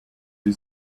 sie